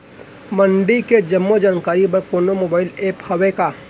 मंडी के जम्मो जानकारी बर कोनो मोबाइल ऐप्प हवय का?